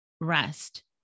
rest